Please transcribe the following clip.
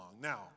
Now